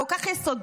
כל כך יסודי,